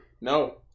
No